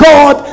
God